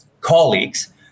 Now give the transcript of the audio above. colleagues